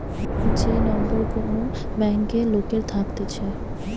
যে নম্বর কোন ব্যাংকে লোকের থাকতেছে